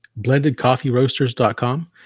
blendedcoffeeroasters.com